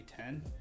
ten